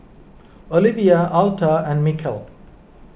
Olivia Alta and Mikel